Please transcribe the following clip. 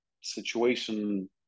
situation